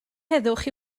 heddwch